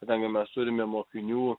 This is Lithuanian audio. kadangi mes turime mokinių